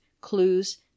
clues